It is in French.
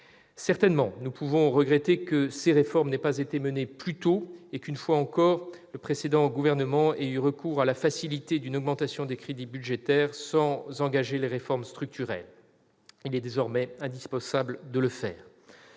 Certainement, nous pouvons regretter que ces réformes n'aient pas été menées plus tôt et qu'une fois encore, le précédent gouvernement ait eu recours à la facilité d'une augmentation des crédits budgétaires sans engager les réformes structurelles. Il est désormais indispensable de les faire.